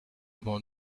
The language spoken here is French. mon